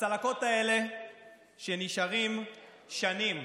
הצלקות האלה נשארות שנים,